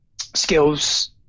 skills